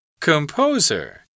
Composer